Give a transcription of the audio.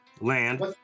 Land